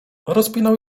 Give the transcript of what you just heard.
rozpinał